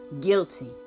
guilty